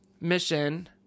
mission